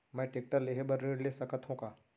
मैं टेकटर लेहे बर ऋण ले सकत हो का?